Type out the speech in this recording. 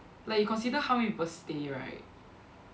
like you consider how many people stay right